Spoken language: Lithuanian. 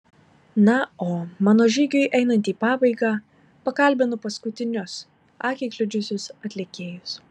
na o mano žygiui einant į pabaigą pakalbinu paskutinius akį kliudžiusius atlikėjus